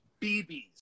BBs